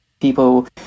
people